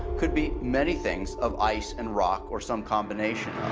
could be many things of ice and rock or some combination